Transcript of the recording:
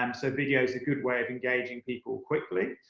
um so, video's a good way of engaging people quickly.